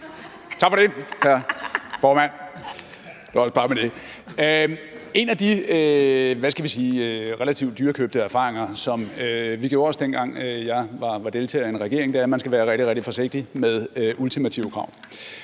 vi sige, relativt dyrekøbte erfaringer, som vi gjorde os, dengang jeg var deltager i en regering, var, at man skal være rigtig, rigtig forsigtig med ultimative krav.